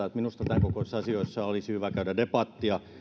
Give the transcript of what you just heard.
että minusta tämänkokoisissa asioissa olisi hyvä käydä debattia